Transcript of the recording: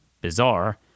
Bizarre